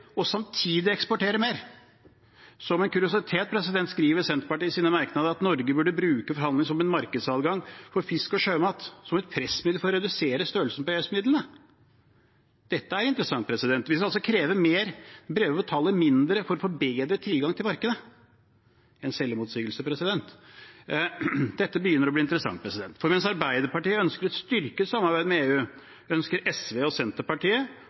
og samtidig eksportere mer. Som en kuriositet skriver Senterpartiet i sine merknader at Norge burde bruke forhandlingene om markedsadgang for fisk og sjømat som et pressmiddel for å redusere størrelsen på EØS-midlene. Dette er interessant. Vi skal altså kreve mer, men betale mindre for å få bedre tilgang til markedet. Det er en selvmotsigelse. Dette begynner å bli interessant, for mens Arbeiderpartiet ønsker et styrket samarbeid med EU, ønsker SV og Senterpartiet